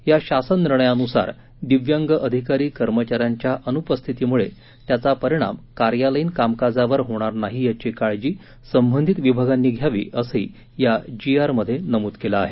या शासन निर्णयानुसार दिव्यांग अधिकारी कर्मचाऱ्यांच्या अनुपस्थितीमुळे त्याचा परिणाम कार्यलयीन कामकाजावर होणार नाही याची काळजी संबंधित विभागांनी घ्यावी असंही या जीआरमध्ये नमूद केलं आहे